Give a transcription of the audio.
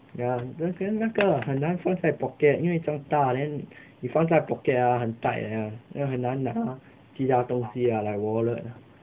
ya then 那个很难放在 pocket 因为酱大 then 你放在 pocket ah 很 tight ah 又很难拿其他东西啊 like wallet